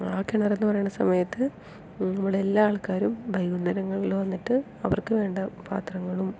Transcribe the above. ആ കിണറെന്ന് പറയണ സമയത്ത് നമ്മുടെ എല്ലാ ആൾക്കാരും വൈകുന്നേരങ്ങളിൽ വന്നിട്ട് അവർക്ക് വേണ്ട പാത്രങ്ങളും